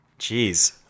Jeez